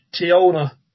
Tiona